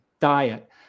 diet